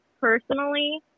personally